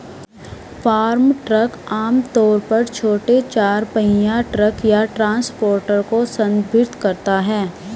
farm truck आम तौर पर छोटे चार पहिया ट्रक या ट्रांसपोर्टर को संदर्भित करता है